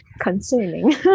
Concerning